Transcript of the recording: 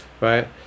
right